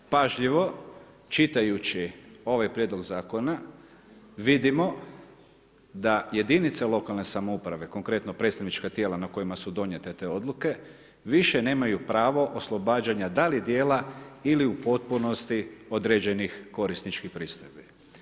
Pažljivo čitajući ovaj prijedlog zakona vidimo da jedinica lokalne samouprave, konkretno predstavnička tijela na kojima su donijete te odluke više nemaju pravo oslobađanja da li dijela ili u potpunosti određenih korisničkih pristojbi.